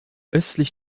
östlich